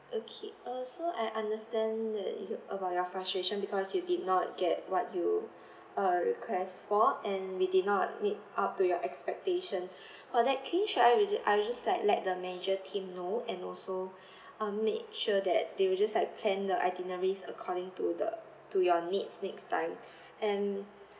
okay uh so I understand that you about your frustration because you did not get what you uh request for and we did not meet up to your expectation for that case should I we ju~ I will just like let the manager team know and also um make sure that they will just like plan the itineraries according to the to your needs next time and